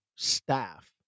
staff